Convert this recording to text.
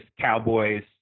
Cowboys